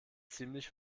ziemlich